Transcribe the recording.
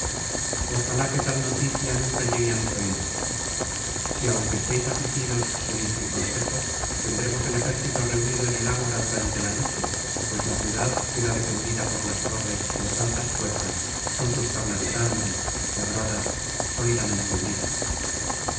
ojalá que tal noticia nunca llegue á mis oídosl si aunque estéis afligidos seguís mi consejo tendremos el ejército reunido en el agora durante la noche pues la ciudad queda defendida por las torres y las altas puertas con sus tablas grandes labradas sólidamente unidas